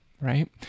right